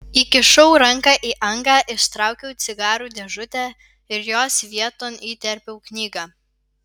įkišau ranką į angą ištraukiau cigarų dėžutę ir jos vieton įterpiau knygą